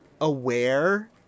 aware